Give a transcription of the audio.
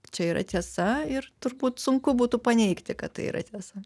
čia yra tiesa ir turbūt sunku būtų paneigti kad tai yra tiesa